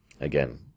Again